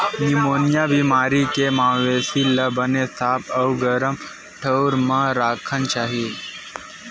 pneumonia बेमारी के मवेशी ल बने साफ अउ गरम ठउर म राखना चाही